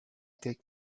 take